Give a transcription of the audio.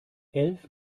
elf